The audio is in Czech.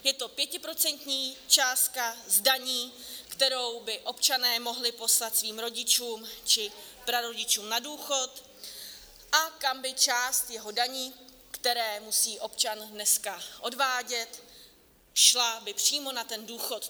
Je to pětiprocentní částka z daní, kterou by občané mohli poslat svým rodičům či prarodičům na důchod, a kam by část jeho daní, které musí občan dneska odvádět, šla přímo na ten důchod.